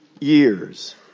years